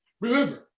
remember